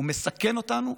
הוא מסכן אותנו,